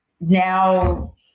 Now